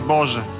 Boże